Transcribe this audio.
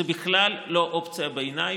זו בכלל לא אופציה בעיניי,